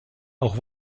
auch